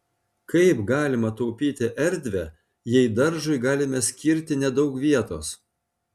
kaip galima taupyti erdvę jei daržui galime skirti nedaug vietos